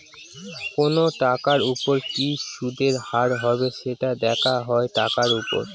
কোনো টাকার উপর কি সুদের হার হবে, সেটা দেখা হয় টাকার উপর